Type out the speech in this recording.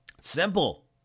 simple